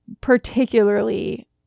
particularly